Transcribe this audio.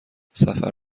سفر